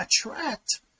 attract